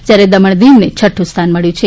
જ્યારે દમણ દીવને છફ સ્થાન મળ્યું છે